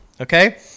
okay